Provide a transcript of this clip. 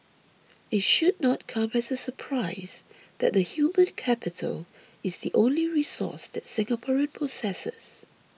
it should not come as a surprise that the human capital is the only resource that Singapore possesses